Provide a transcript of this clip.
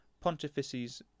pontifices